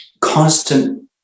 constant